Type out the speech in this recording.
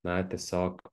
na tiesiog